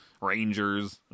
Rangers